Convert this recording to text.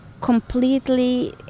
completely